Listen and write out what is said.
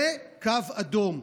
זה קו אדום.